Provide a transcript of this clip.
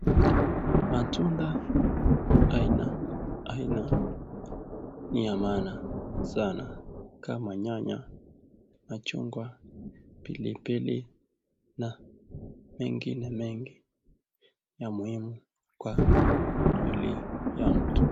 Matunda aina aina ni ya maana sana, kama nyanya, machungwa, pilipili na mengine mengi ni ya muhimu kwa mwili ya mtu,